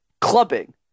clubbing